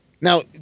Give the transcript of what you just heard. Now